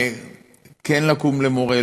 כן לקום למורה,